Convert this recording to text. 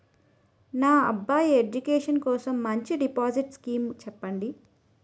నా అబ్బాయి ఎడ్యుకేషన్ కోసం మంచి డిపాజిట్ స్కీం చెప్పండి